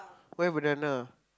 why banana